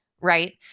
right